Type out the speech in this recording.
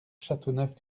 châteauneuf